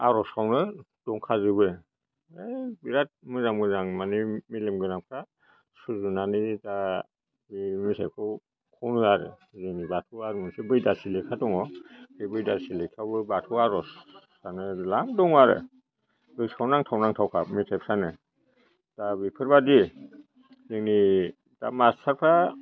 आरजयावनो दंखाजोबो ओइ बेराद मोजां मोजां मानि मेलेम गोनांफ्रा सुजुनानै बे मेथाइखौ खनो आरो जोंनि बाथौ आरज मोनसे बैदासि लेखा दङ बे बैदासि लेखायाबो बाथौ आरजफ्रानो द्लाम दं आरो गोसोयाव नांथाव नांथावखा मेथाइफ्रानो दा बेफोरबायदि जोंनि दा मास्टारफ्रा